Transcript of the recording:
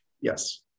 Yes